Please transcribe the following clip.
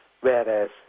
whereas